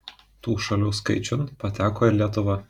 tų šalių skaičiun pateko ir lietuva